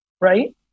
right